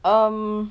um